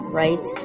right